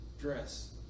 dress